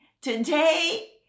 Today